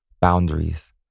boundaries